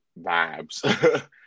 vibes